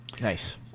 Nice